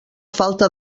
falta